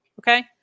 Okay